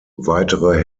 weitere